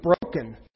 broken